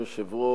אדוני היושב-ראש,